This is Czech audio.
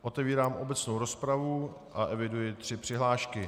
Otevírám obecnou rozpravu a eviduji tři přihlášky.